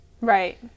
right